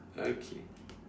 okay